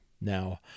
Now